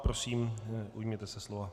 Prosím, ujměte se slova.